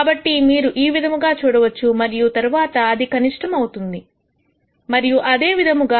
కాబట్టి మీరు ఈ విధముగా చూడవచ్చు మరియు తర్వాత ఇది కనిష్టం అవుతుంది మరియు అదే విధముగా